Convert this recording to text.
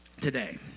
Today